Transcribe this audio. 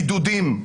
בידודים,